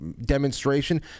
demonstration